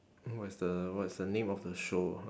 what is the what is the name of the show